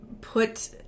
put